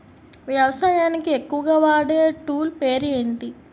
వ్యవసాయానికి ఎక్కువుగా వాడే టూల్ పేరు ఏంటి?